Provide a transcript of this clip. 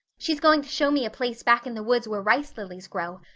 she's going to show me a place back in the woods where rice lilies grow.